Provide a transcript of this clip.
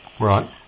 Right